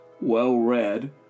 well-read